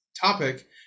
topic